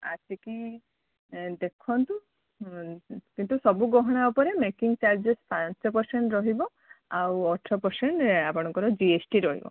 ଆସିକି ଦେଖନ୍ତୁ କିନ୍ତୁ ସବୁ ଗହଣା ଉପରେ ମେକିଂ ଚାର୍ଜେସ୍ ପାଞ୍ଚ ପରସେଣ୍ଟ ରହିବ ଆଉ ଅଠର ପରସେଣ୍ଟ ଆପଣଙ୍କର ଜି ଏସ୍ ଟି ରହିବ